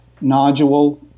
nodule